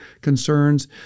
concerns